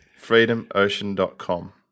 freedomocean.com